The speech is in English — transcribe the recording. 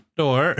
door